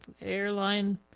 airline